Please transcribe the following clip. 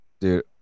Dude